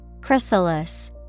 Chrysalis